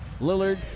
Lillard